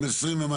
זה 20,000?